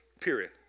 Period